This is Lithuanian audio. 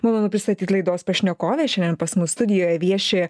malonu pristatyt laidos pašnekovę šiandien pas mus studijoje vieši